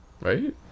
Right